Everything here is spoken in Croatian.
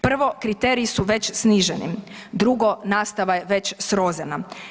Prvo, kriteriji su već sniženi, drugo nastava je već srozana.